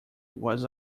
was